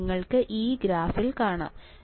ഇത് നിങ്ങൾക്ക് ഈ ഗ്രാഫിൽ കാണാം